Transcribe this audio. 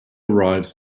arrives